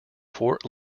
fort